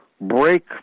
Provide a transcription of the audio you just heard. break